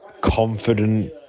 confident